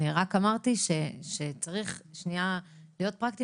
אני רק אמרתי שצריך שנייה להיות פרקטיים